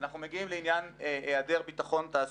אנחנו מגיעים לעניין היעדר ביטחון תעסוקתי,